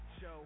show